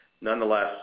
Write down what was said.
Nonetheless